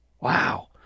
Wow